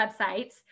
websites